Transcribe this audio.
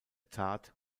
tat